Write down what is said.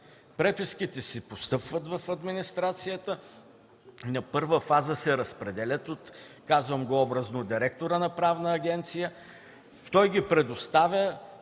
Преписките постъпват в администрацията, на първа фаза се разпределят – казвам го образно – от директора на Правна агенция. Той ги предоставя